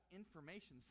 information